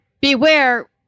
Beware